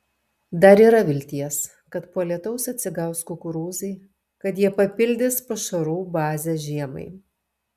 dar yra vilties kad po lietaus atsigaus kukurūzai kad jie papildys pašarų bazę žiemai